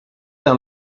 dans